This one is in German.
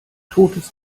totes